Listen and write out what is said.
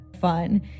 fun